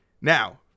Now